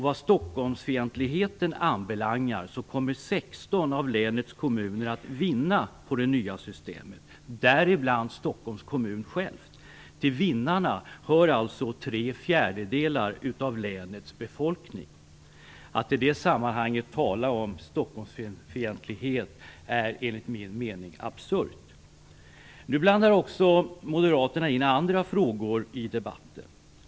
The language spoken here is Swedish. Vad Stockholmsfientligheten anbelangar kommer 16 av länets kommuner att vinna på det nya systemet, däribland Stockholms kommun själv. Till vinnarna hör alltså tre fjärdedelar av länets befolkning. Att i det sammanhanget tala om Stockholmsfientlighet är enligt min mening absurt. Nu blandar Moderaterna också in andra frågor i debatten.